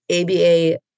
ABA